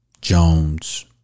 Jones